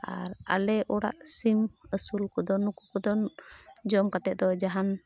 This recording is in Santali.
ᱟᱨ ᱟᱞᱮ ᱚᱲᱟᱜ ᱥᱤᱢ ᱟᱹᱥᱩᱞ ᱠᱚᱫᱚ ᱱᱩᱠᱩ ᱠᱚᱫᱚ ᱡᱚᱢ ᱠᱟᱛᱮ ᱫᱚ ᱡᱟᱦᱟᱱ